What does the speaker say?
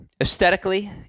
aesthetically